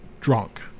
drunk